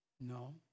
No